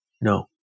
No